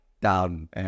down